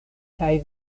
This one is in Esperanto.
kaj